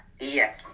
Yes